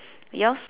yours